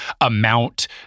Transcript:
amount